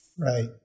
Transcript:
Right